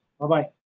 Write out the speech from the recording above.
Bye-bye